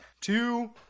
two